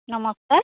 নমস্কাৰ